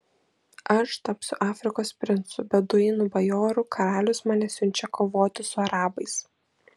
aš tapsiu afrikos princu beduinų bajoru karalius mane siunčia kovoti su arabais